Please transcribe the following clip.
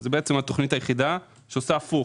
כאן זו בעצם התוכנית היחידה שעושה הפוך